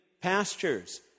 pastures